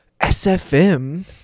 SFM